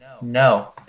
No